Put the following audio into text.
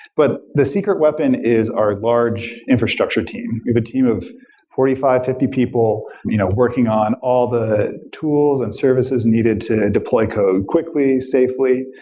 but the secret weapon is our large infrastructure team. we have a team of forty five, fifty people you know working on all the tools and services needed to deploy code quickly, safely,